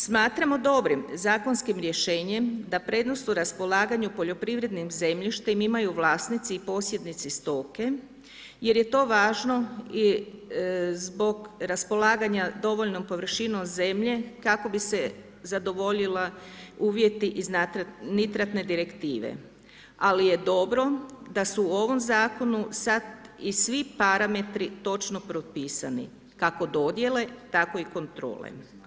Smatramo dobrim zakonskim rješenjem da prednost u raspolaganju poljoprivrednim zemljištem imaju vlasnici i posjednici stoke jer je to važno zbog raspolaganja dovoljnom površinom zemlje kako bi se zadovoljili uvjeti iz Nitratne direktive, ali je dobro da su u ovom zakonu sada i svi parametri točno propisani kako dodjele tako i kontrole.